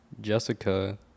Jessica